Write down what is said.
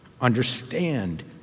understand